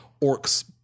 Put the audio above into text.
Orcs